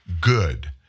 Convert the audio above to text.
good